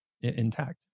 intact